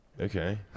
Okay